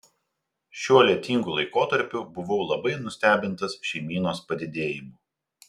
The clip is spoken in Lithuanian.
šiuo lietingu laikotarpiu buvau labai nustebintas šeimynos padidėjimu